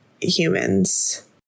humans